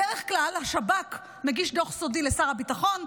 בדרך כלל השב"כ מגיש דוח סודי לשר הביטחון,